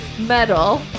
metal